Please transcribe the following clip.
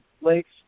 lakes